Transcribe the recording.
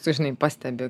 sužinai pastebi